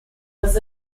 was